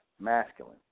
masculine